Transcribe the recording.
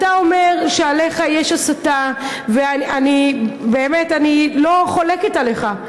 אתה אומר שעליך יש הסתה, ואני באמת לא חולקת עליך,